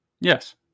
Yes